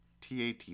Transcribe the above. TAT